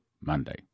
Monday